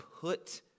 put